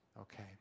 Okay